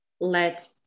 let